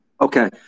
Okay